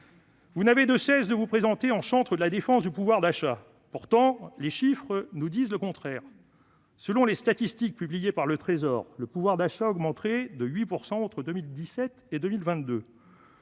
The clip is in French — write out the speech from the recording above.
Vous ne cessez de vous présenter en chantres de la défense du pouvoir d'achat. Pourtant, les chiffres nous disent le contraire. Selon les statistiques publiées par le Trésor, le pouvoir d'achat augmenterait de 8 % entre 2017 et 2022.